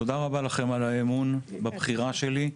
תודה לכם על האמון בבחירה שלי.